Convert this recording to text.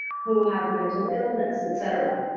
who have mental illness, et cetera.